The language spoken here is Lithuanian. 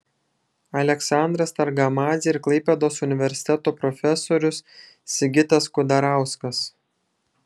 aleksandras targamadzė ir klaipėdos universiteto profesorius sigitas kudarauskas